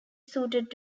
suited